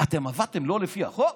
אתם עבדתם שלא לפי החוק?